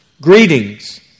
Greetings